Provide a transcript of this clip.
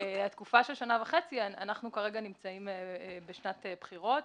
לגבי התקופה של שנה וחצי אנחנו כרגע נמצאים ממילא בשנת בחירות,